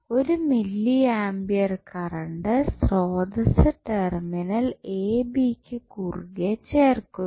ഒരു milliampere current ശ്രോതസ്സ് terminal A B ക്കു കുറുകെ ചേർക്കുന്നു